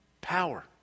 power